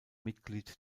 mitglied